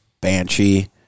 banshee